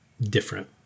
different